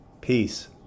Peace